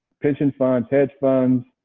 pension funds, hedge funds,